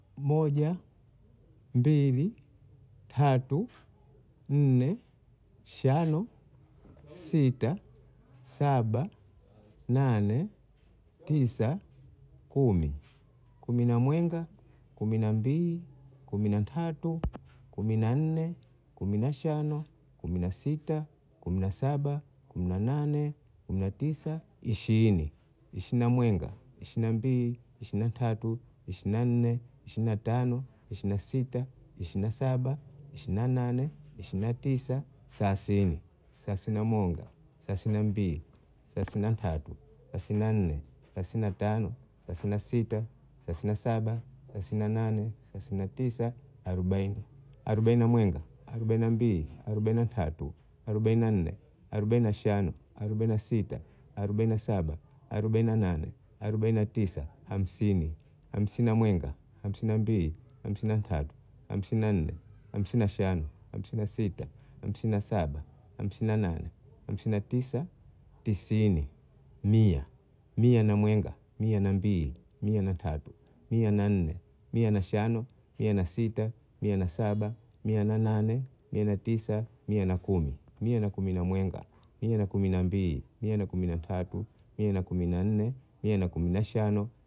Moja, mbili, tatu, nne, shano, sita, saba, nane, tisa, kumi. Kumi na mwenga, kumi na mbili, kumi na tatu, kumi na nne, kumi na shano, kumi na sita, kumi na saba, kumi na nane, kumi na tisa, ishini. Ishini na mwenga, ishini na mbili, ishini na tatu, ishini na nne, ishini na tano, ishini na sita, ishini na saba, ishini na nane, ishini na tisa, thathini. Thathini na monga, thathini na mbili, thelathini na tatu, thelathini na nne, thelathini na tano, thelathini na sita, thelathini na saba, thelathini na nane, thelathini na tisa, arobaini. Arobaini na mwenga, arobaini na mbili, arobaini na tatu, arobaini na nne, arobaini na shano, arobaini na sita, arobaini na saba, arobaini na nane, arobaini na tisa, hamsini. Hamsini na mwenga, hamsini na mbili, hamsini na tatu, hamsini na nne, hamsini na shano, hamsini na sita, hamsini na saba, hamsini na nane, hamsini na tisa, tisini. Mia, mia na mwenga, mia na mbili, mia na tatu, mia na nne, mia na shano, mia na sita, mia na saba, mia na nane, mia na tisa, mia na kumi. Mia na kumi na mwenga, mia na kumi na mbili, mia na kumi na tatu, mia na kumi na nne, mia na kumi na shano